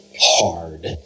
hard